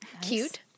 Cute